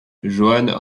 johann